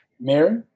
mary